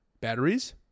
batteries